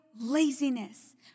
laziness